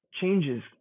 changes